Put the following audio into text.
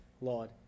Lord